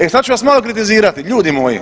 E sad ću vas malo kritizirati ljudi moji.